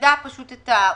שנדע את העובדות,